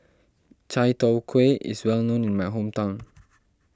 Chai Tow Kuay is well known in my hometown